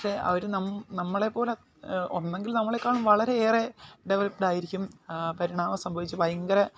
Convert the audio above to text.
പക്ഷെ അവർ നമ്മളെപ്പോല ഒന്നുകിൽ നമ്മളെക്കാളും വളരെയേറെ ഡെവലപ്പ്ഡ് ആയിരിക്കും പരിണാമം സംഭവിച്ച് ഭയങ്കര